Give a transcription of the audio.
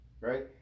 right